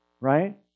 Right